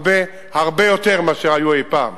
הרבה-הרבה-הרבה יותר מאשר היו פעם